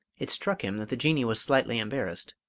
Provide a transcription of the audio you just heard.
it struck him that the jinnee was slightly embarrassed.